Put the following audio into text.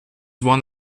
one